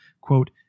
quote